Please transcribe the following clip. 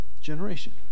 generation